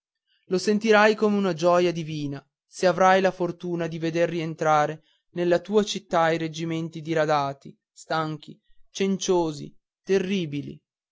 lo sentirai come una gioia divina se avrai la fortuna di veder rientrare nella tua città i reggimenti diradati stanchi cenciosi terribili